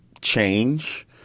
change